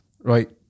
Right